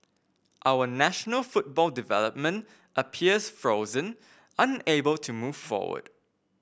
our national football development appears frozen unable to move forward